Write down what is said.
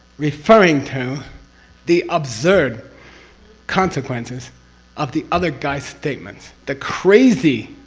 referring to the absurd consequences of the other guy's statements. the crazy